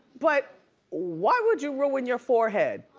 but why would your ruin your forehead?